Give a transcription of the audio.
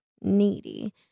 needy